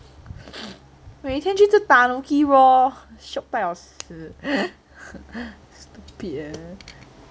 每天去吃 Tanuki Raw shiok 到要死 stupid eh